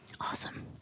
awesome